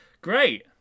Great